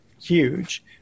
huge